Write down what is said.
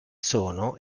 sono